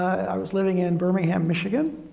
i was living in birmingham, michigan,